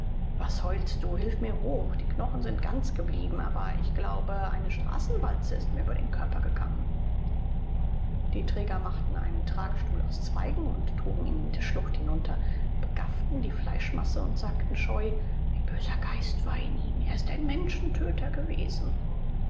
was heulst du hilf mir hoch die knochen sind ganz geblieben aber ich glaube eine straßenwalze ist mir über den körper gegangen die träger machten einen tragstuhl aus zweigen und trugen ihn in die schlucht hinunter begafften die fleischmasse und sagten scheu ein böser geist war in ihm er ist ein menschentöter gewesen